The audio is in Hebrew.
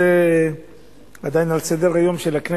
מדברים פה בשביל לשים את הנושא על סדר-היום של הכנסת.